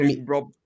Rob